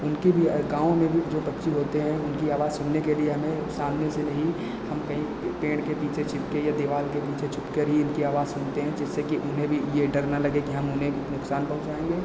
उनकी भी गाँव में भी जो पक्षी बोलते हैं उनकी आवाज़ सुनने के लिए हमें सामने से नहीं हम कहीं पेड़ के पीछे छिपकर या दीवार के पीछे छिपकर ही उनकी आवाज़ सुनते हैं जिससे कि उन्हें भी यह डर न लगे कि हम उन्हें नुकसान पहुंचाएंगे